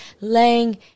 laying